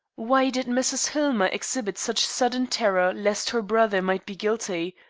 why did mrs. hillmer exhibit such sudden terror lest her brother might be guilty?